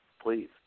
please